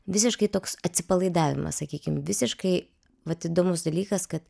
visiškai toks atsipalaidavimas sakykim visiškai vat įdomus dalykas kad